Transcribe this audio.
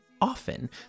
Often